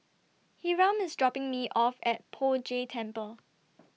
Hiram IS dropping Me off At Poh Jay Temple